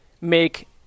make